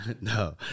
no